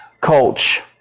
coach